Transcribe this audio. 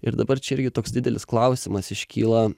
ir dabar čia irgi toks didelis klausimas iškyla